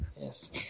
Yes